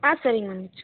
ஆ சரி மேம்